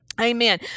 Amen